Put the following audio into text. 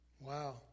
Wow